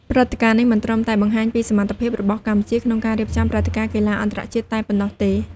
ព្រឹត្តិការណ៍នេះមិនត្រឹមតែបង្ហាញពីសមត្ថភាពរបស់កម្ពុជាក្នុងការរៀបចំព្រឹត្តិការណ៍កីឡាអន្តរជាតិតែប៉ុណ្ណោះទេ។